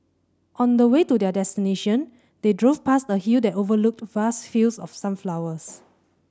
on the way to their destination they drove past a hill that overlooked vast fields of sunflowers